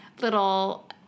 little